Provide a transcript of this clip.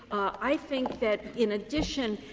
i think that in addition,